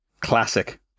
Classic